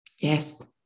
Yes